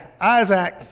Isaac